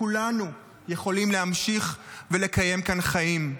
כולנו יכולים להמשיך ולקיים כאן חיים,